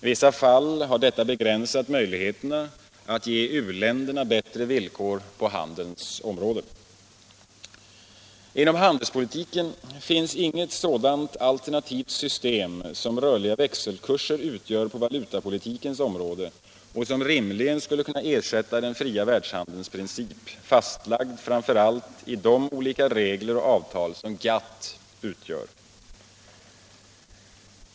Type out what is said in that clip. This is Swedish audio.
I vissa fall har detta begränsat möjligheterna att ge u-länderna bättre villkor på handelns område. Inom handelspolitiken finns inget sådant alternativt system som rörliga växelkurser utgör på valutapolitikens område och som rimligen skulle kunna ersätta den fria världshandelns princip, fastlagd framför allt i de olika regler och avtal som GATT utgör.